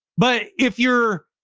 but if you're,